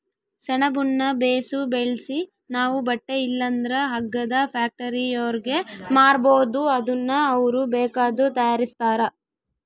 ಸೆಣಬುನ್ನ ಬೇಸು ಬೆಳ್ಸಿ ನಾವು ಬಟ್ಟೆ ಇಲ್ಲಂದ್ರ ಹಗ್ಗದ ಫ್ಯಾಕ್ಟರಿಯೋರ್ಗೆ ಮಾರ್ಬೋದು ಅದುನ್ನ ಅವ್ರು ಬೇಕಾದ್ದು ತಯಾರಿಸ್ತಾರ